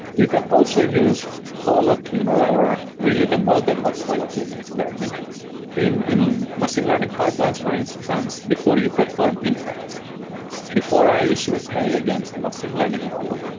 you can also use holoclean or or really the model that holoclean is learning in in machine learning pipelines, for instance, before you perform inference before i issue a query against the machine learning model.